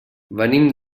venim